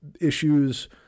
issues